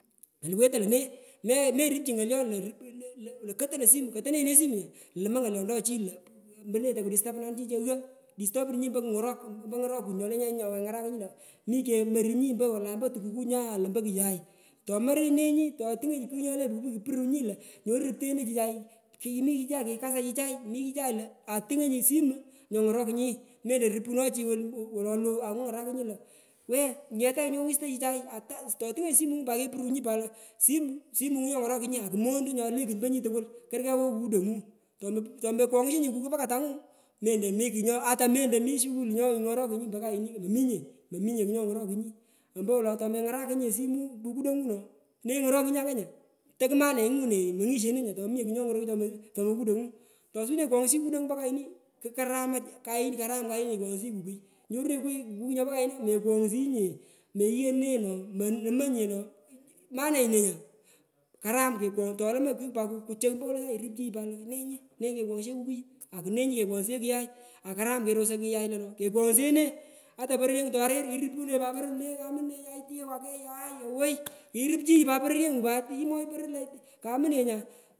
Kolo wetoi lone ime imerupchi ng’olion lo rup lo kownoi simu kotorunyi lone simu nya luma ngoliontochi lo mbone toka distapunanu chichu ogho idisto pununyi ompo mikemorunyi ompo kungorok kut nyole nyenyi nyokehgarakunyi to mikemorunyi ompo wolo ompo sukul nya ompo kuyai, tomerenyi totungonyi puki puki purunyi lo nyono rupteghheno chichai kimi chichai kikasa chichai lo atungonyi simu nyokgoro kunyi melo rupuno chii wa lou angu ngarakunyi lo we ngete nyowi sto chichai tu to nyonyi simu pat kepurunyi pat lo simu simungu nyongorokunyi pat akomonto nyolekut mponyo tukul koroi kegh ngo kukudonge tomokworigsho nye kukui ompo katangu melo mi skukuli chongrokunyi mominye mominye kugh nyongorokunyi ompo wolo tonungarakunyinye simingu kukudanga no nenyu ngorokunyi anga nya tokumanengu ne mongishenonyi tomomimye kugh nyongoroke mpo kukudongu tosuwinenyi kwoghshi kukudongu mpo kaini kukaramach kukaram kayini kwaghshiyi kukui nyorunenyi kukui nyopo kayna mekwoghshiyi nye imayighoi ne monomo nye no mope nyi ne nya karam kekhogh tolumanyi kugh pat mokuchoi mpo wolu le sany ingutorii pat lo henyu kekwogh kukui akunenyu kekwoghshoo kuyai kerosio pat lo kekwoghsho ne atu pororyengu torir irupuhenyi pat poronye kamune ake aai awoi irupchinyi pat pororyengu pat mwochu poroyeu pat kamune nya.